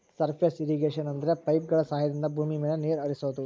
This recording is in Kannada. ಸರ್ಫೇಸ್ ಇರ್ರಿಗೇಷನ ಅಂದ್ರೆ ಪೈಪ್ಗಳ ಸಹಾಯದಿಂದ ಭೂಮಿ ಮೇಲೆ ನೀರ್ ಹರಿಸೋದು